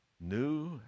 new